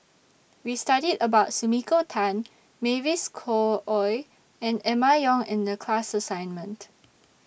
We studied about Sumiko Tan Mavis Khoo Oei and Emma Yong in The class assignment